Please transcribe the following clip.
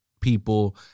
people